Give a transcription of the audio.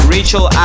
Rachel